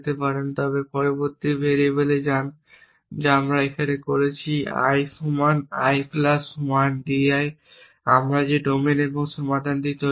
তবে পরবর্তী ভেরিয়েবলে যান যা আমরা এখানে করছি i সমান i প্লাস 1 di আমরা যে ডোমেন এবং সমাধানটি তৈরি করেছি